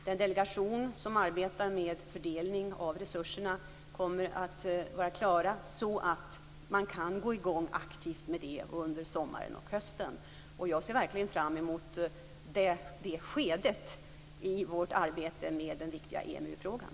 Den delegation som arbetar med fördelning av resurserna kommer att vara klar så att man kan gå i gång aktivt med det under sommaren och hösten. Och jag ser verkligen fram emot det skedet i vårt arbete med den viktiga EMU-frågan.